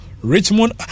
Richmond